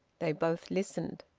they both listened.